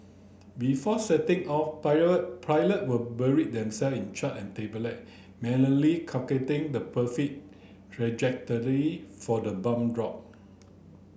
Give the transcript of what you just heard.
before setting off pilot would bury themselves in chart and manually calculating the perfect trajectory for the bomb drop